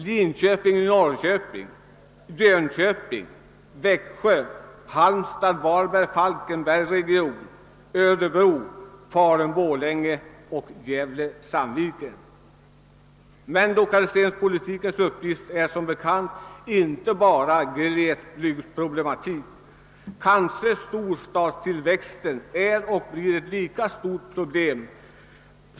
Linköping—Norrköping, Jönköping, Växjö, Halmstad—Varberg— Falkenberg, Örebro, Falun—Borlänge och Gävle—Sandviken. Lokaliseringspolitikens uppgift gäller som bekant inte bara glesbygdsproblematik. Det är möjligt att storstadstillväxten är eller blir ett lika stort problem.